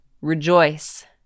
rejoice